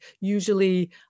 usually